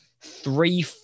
three